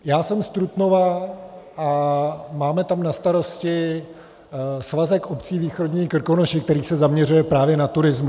Já jsem z Trutnova a máme tam na starosti svazek obcí Východní Krkonoše, který se zaměřuje právě na turismus.